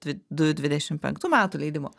dvi du dvidešim penktų metų leidimo